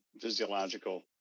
physiological